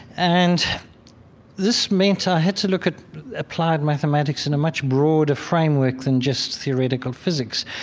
and this meant i had to look at applied mathematics in a much broader framework than just theoretical physics.